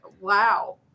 Wow